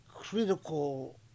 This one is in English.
critical